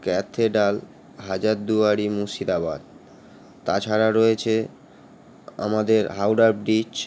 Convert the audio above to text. cathedral Hazarduari Murshidabad তাছাড়া রয়েছে আমাদের হাওড়া ব্রিজ